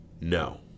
No